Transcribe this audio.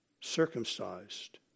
circumcised